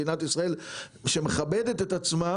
מדינת ישאל שמכבדת את עצמה